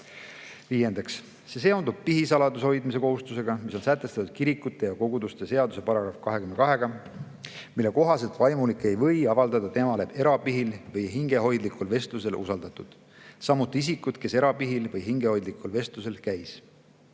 Viies punkt seondub pihisaladuse hoidmise kohustusega, mis on sätestatud kirikute ja koguduste seaduse §-s 22, mille kohaselt vaimulik ei või avaldada temale erapihil või hingehoidlikul vestlusel usaldatut, samuti isikut, kes erapihil või hingehoidlikul vestlusel käis.